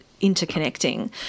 interconnecting